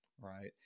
right